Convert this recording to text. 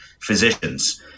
physicians